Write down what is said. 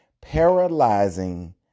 paralyzing